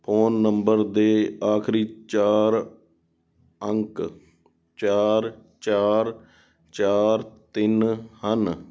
phone number ਦੇ ਆਖਰੀ ਚਾਰ ਅੰਕ ਚਾਰ ਚਾਰ ਚਾਰ ਤਿੰਨ ਹਨ